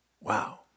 Wow